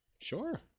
Sure